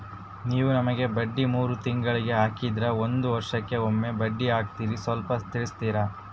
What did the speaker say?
ನೀವು ನಮಗೆ ಬಡ್ಡಿ ಮೂರು ತಿಂಗಳಿಗೆ ಹಾಕ್ತಿರಾ, ಒಂದ್ ವರ್ಷಕ್ಕೆ ಒಮ್ಮೆ ಬಡ್ಡಿ ಹಾಕ್ತಿರಾ ಸ್ವಲ್ಪ ತಿಳಿಸ್ತೀರ?